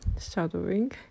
shadowing